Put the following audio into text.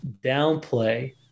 downplay